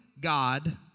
God